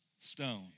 stone